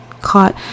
caught